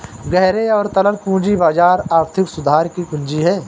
गहरे और तरल पूंजी बाजार आर्थिक सुधार की कुंजी हैं,